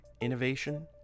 innovation